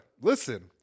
listen